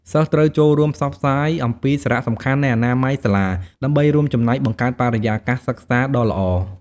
សិស្សត្រូវចូលរួមផ្សព្វផ្សាយអំពីសារៈសំខាន់នៃអនាម័យសាលា ដើម្បីរួមចំណែកបង្កើតបរិយាកាសសិក្សាដ៏ល្អ។